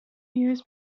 years